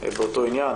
באותו עניין.